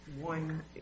one